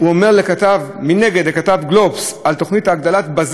מנגד לכתב "גלובס" על תוכנית הגדלת ב"זן פי-שלושה.